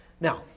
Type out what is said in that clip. Now